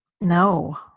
No